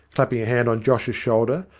clap ping a hand on josh's shoulder,